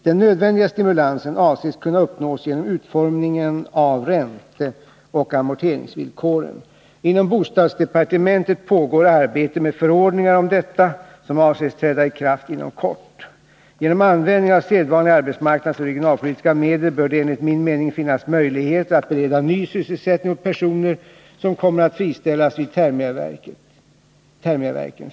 Den nödvändiga stimulansen avses kunna uppnås genom utformningen av ränteoch amorteringsvillkoren. Inom bostadsdepartementet pågår arbete med förordningar om detta som avses träda i kraft inom kort. Genom användning av sedvanliga arbetsmarknadsoch regionalpolitiska medel bör det enligt min mening finnas möjligheter att bereda ny sysselsättning åt personer som kommer att friställas vid Thermia-Verken.